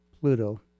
pluto